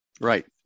Right